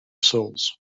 souls